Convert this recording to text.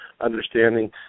understanding